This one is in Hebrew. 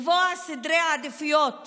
לקבוע סדרי עדיפויות